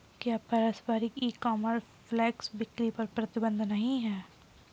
क्या पारंपरिक ecommerce flash बिक्री पर प्रतिबंध नहीं है?